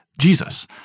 Jesus